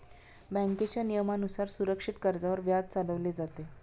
बँकेच्या नियमानुसार सुरक्षित कर्जावर व्याज चालवले जाते